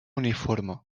uniforme